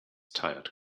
tired